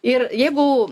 ir jeigu